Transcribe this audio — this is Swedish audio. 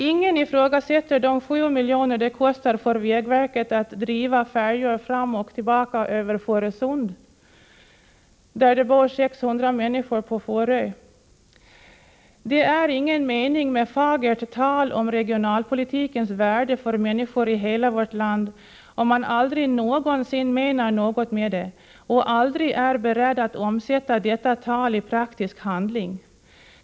Ingen ifrågasätter de 7 miljoner det kostar för vägverket att driva färjan över Fårösund. Det bor 600 människor på Fårö. Det är ingen mening med fagert tal om regionalpolitikens värde för människor i hela vårt land om man aldrig någonsin menar något med det och aldrig är beredd att omsätta detta tal i praktisk handling.